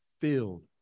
filled